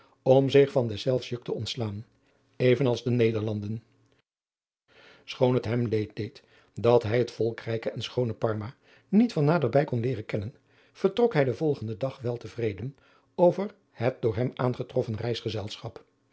om zich van deszelfs juk te ontslaan even als de nederlanden schoon het hem leed deed dat hij het volkrijke en schoone parma niet van naderbij kon leeren kennen vertrok hij den volgenden dag wel te vreden over het door hem aangetroffen reisgezelfchap